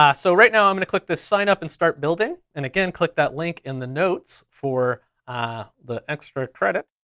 ah so right now i'm gonna click this sign up and start building. and again, click that link in the notes for the extra credit.